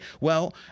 Well-